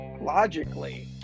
logically